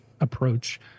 approach